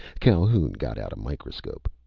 calhoun got out a microscope.